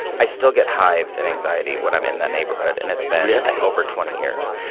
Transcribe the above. i still get hives and anxiety when i'm in that neighborhood, and it's been over twenty years.